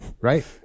Right